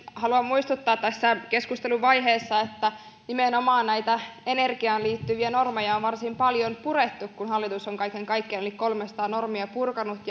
haluan muistuttaa tässä keskustelun vaiheessa että nimenomaan energiaan liittyviä normeja on varsin paljon purettu kun hallitus on kaiken kaikkiaan yli kolmesataa normia purkanut